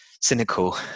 cynical